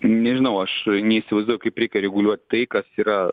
nežinau aš neįsivaizduoju kaip reikia reguliuot tai kas yra